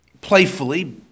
playfully